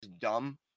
dumb